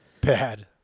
bad